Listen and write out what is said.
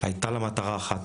הייתה לה מטרה אחת,